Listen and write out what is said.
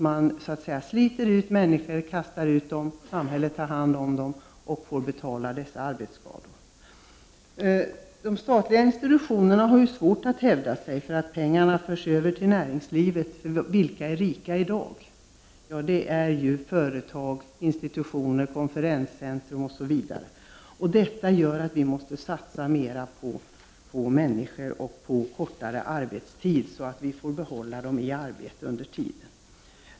Man sliter ut människor och överlåter sedan till samhället att ta hand om dem och att betala för arbetsskadorna. De statliga institutionerna har svårt att hävda sig, och pengarna förs över till näringslivet. Vilka är det som är rika i dag? Jo, det är företag, institutioner som konferenscentra osv. Detta gör att vi måste satsa mera på människorna och på en förkortning av arbetstiden, så att vi får behålla dem i arbete.